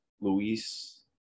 Luis